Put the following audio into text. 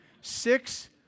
Six